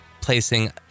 placing